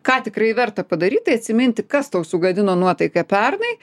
ką tikrai verta padaryt tai atsiminti kas tau sugadino nuotaiką pernai